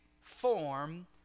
form